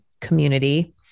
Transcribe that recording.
community